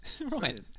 Right